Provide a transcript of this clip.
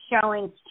Showing